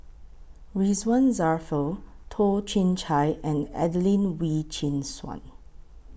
Ridzwan Dzafir Toh Chin Chye and Adelene Wee Chin Suan